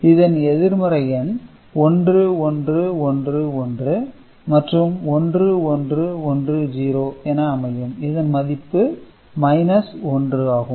எனவே இதன் எதிர்மறை எண் 1 1 1 1 மற்றும் 1 1 1 0 என அமையும் இதன் மதிப்பு 1 ஆகும்